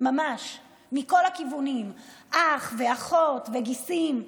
ממש מכל הכיוונים: אח ואחות וגיסים.